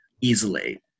easily